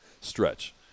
stretch